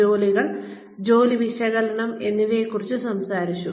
ജോലികൾ ജോലി വിശകലനം എന്നിവയെക്കുറിച്ച് സംസാരിച്ചു